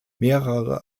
mehrere